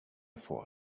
for